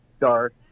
dark